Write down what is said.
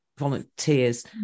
volunteers